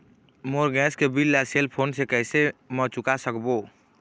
मोर gas के bill ला cell phone से कैसे म चुका सकबो?